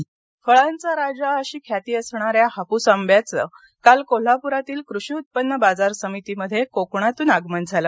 हापस कोल्हापर फळांचा राजा अशी ख्याती असणाऱ्या हापूस आंब्याचं काल कोल्हापुरातील कृषी उत्पन्न बाजार समिती मध्ये कोकणातून आगमन झालं